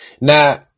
Now